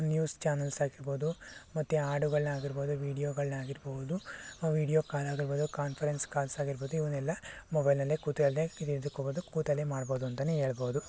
news channels ಆಗಿರ್ಬೋದು ಮತ್ತು ಹಾಡುಗಳನ್ನೇ ಆಗಿರ್ಬೋದು ವಿಡಿಯೋಗಳನ್ನೇ ಆಗಿರ್ಬೋದು ವಿಡಿಯೊ ಕಾಲ್ ಆಗಿರ್ಬೋದು ಕಾನ್ಫರೆನ್ಸ್ ಕಾಲ್ಸ್ ಆಗಿರ್ಬೋದು ಇವನ್ನೆಲ್ಲ ಮೊಬೈಲ್ನಲ್ಲೇ ಕೂತಲ್ಲೇ ತಿಳಿದುಕೋಬೌದು ಕೂತಲ್ಲೇ ಮಾಡ್ಬೋದು ಅಂತಾನೆ ಹೇಳ್ಬೋದು